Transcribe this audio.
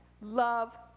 Love